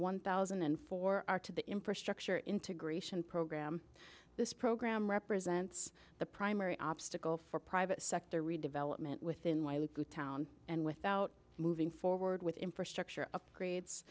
one thousand and four are to the infrastructure integration program this program represents the primary obstacle for private sector redevelopment within why we do town and without moving forward with infrastructure upgrades